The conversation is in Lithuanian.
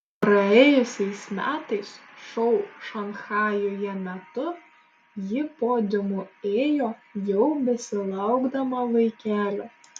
praėjusiais metais šou šanchajuje metu ji podiumu ėjo jau besilaukdama vaikelio